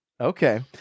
Okay